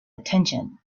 attention